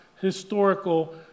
historical